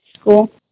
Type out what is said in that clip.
School